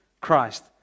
Christ